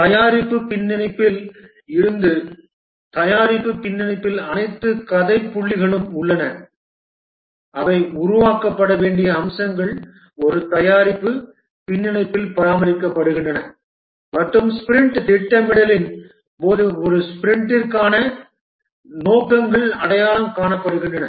தயாரிப்பு பின்னிணைப்பில் இருந்து தயாரிப்பு பின்னிணைப்பில் அனைத்து கதை புள்ளிகளும் உள்ளன அவை உருவாக்கப்பட வேண்டிய அம்சங்கள் ஒரு தயாரிப்பு பின்னிணைப்பில் பராமரிக்கப்படுகின்றன மற்றும் ஸ்பிரிண்ட் திட்டமிடலின் போது ஒரு ஸ்பிரிண்டிற்கான நோக்கங்கள் அடையாளம் காணப்படுகின்றன